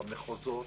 במחוזות,